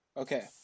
okay